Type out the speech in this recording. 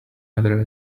other